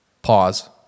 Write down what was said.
Pause